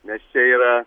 nes čia yra